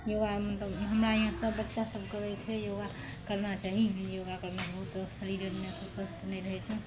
योगा मतलब हमरा हियाँ सब बच्चा सब करय छै योगा करना चाही योगा करना बहुत शरीर अरमे स्वस्थ ने रहय छै